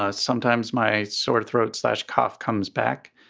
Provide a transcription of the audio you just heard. ah sometimes my sort of throat slash cough comes back.